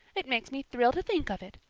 it makes me thrill to think of it.